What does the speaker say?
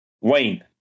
Wayne